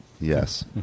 Yes